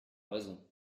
raison